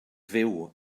fyw